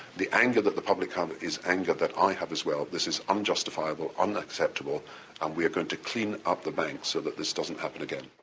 the anger that the public have um is anger that i have as well this is unjustifiable, unacceptable and we are going to clean up the banks so that this doesn't happen again.